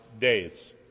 days